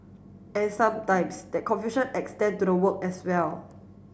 and sometimes that confusion extend to their work as well